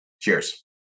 Cheers